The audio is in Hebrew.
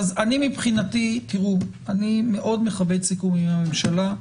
אז אני מבחינתי תראו אני מאוד מכבד סיכומים עם הממשלה,